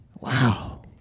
Wow